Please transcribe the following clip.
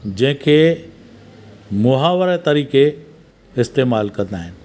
जंहिंखे मुहावरा तरीक़े इस्तेमालु कंदा आहिनि